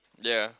ya